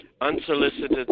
unsolicited